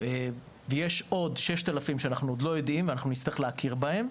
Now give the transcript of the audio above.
ויש עוד 6,000 שאנחנו עוד לא יודעים עליהם ונצטרך להכיר בהם.